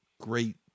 great